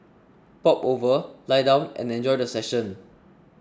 pop over lie down and enjoy the session